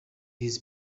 his